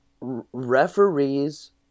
Referees